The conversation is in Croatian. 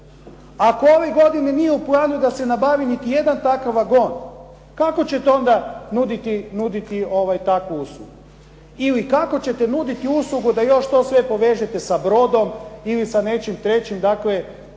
Ako ove godine nije u planu da se nabavi niti jedan takav vagon, kako ćete onda nuditi takvu uslugu. Ili kako ćete nuditi uslugu da još to sve povežete sa brodom ili sa nečim trećim, dakle